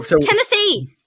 Tennessee